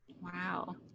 Wow